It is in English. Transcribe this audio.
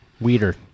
weeder